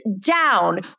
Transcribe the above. down